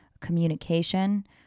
communication